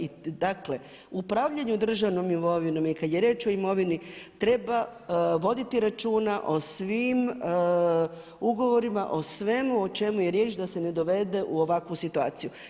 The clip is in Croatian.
I dakle, u upravljanju državnom imovinom, jer kada je riječ o imovini treba voditi računa o svim ugovorima, o svemu o čemu je riječ da se ne dovede u ovakvu situaciju.